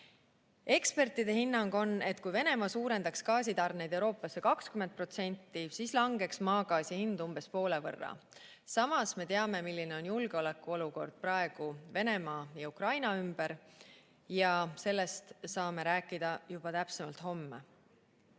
Ekspertide hinnang on, et kui Venemaa suurendaks gaasitarneid Euroopasse 20%, siis langeks maagaasi hind umbes poole võrra. Samas, me teame, milline on julgeolekuolukord praegu Venemaa ja Ukraina ümber. Sellest saame täpsemalt